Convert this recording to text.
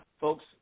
folks